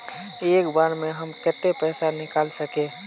एक बार में हम केते पैसा निकल सके?